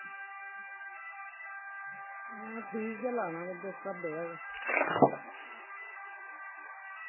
हां ठीक गै लाना बस स्हाबे दा गै